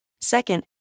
Second